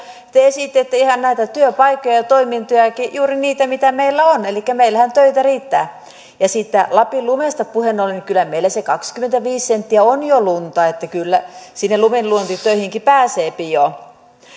te esititte ihan näitä työpaikkoja ja toimintoja juuri niitä mitä meillä on elikkä meillähän töitä riittää ja siitä lapin lumesta puheen ollen kyllä meillä se kaksikymmentäviisi senttiä on jo lunta että kyllä sinne lumenluontitöihinkin pääsee jo